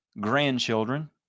grandchildren